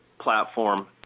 platform